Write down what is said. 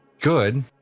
good